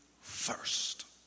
first